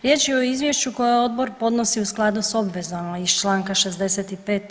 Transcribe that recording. Riječ je o izvješću koje odbor podnosi u skladu s obvezama iz čl. 65.